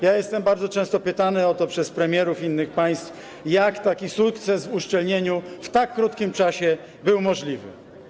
Ja jestem bardzo często pytany o to przez premierów innych państw, jak taki sukces w uszczelnieniu w tak krótkim czasie był możliwy.